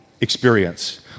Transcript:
experience